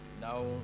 Now